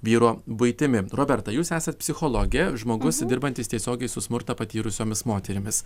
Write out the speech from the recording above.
vyro buitimi roberta jūs esat psichologė žmogus dirbantis tiesiogiai su smurtą patyrusiomis moterimis